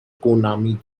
konami